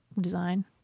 design